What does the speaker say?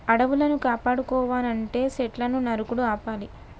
అడవులను కాపాడుకోవనంటే సెట్లును నరుకుడు ఆపాలి